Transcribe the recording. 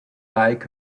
like